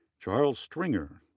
charles stringer,